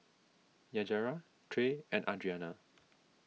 Yajaira Trae and Adrianna